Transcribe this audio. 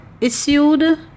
issued